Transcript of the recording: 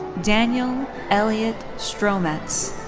daniel elliott strohmetz.